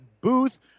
booth